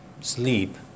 sleep